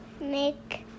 make